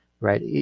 right